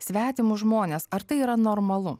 svetimus žmones ar tai yra normalu